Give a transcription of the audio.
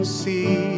see